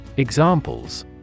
Examples